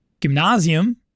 Gymnasium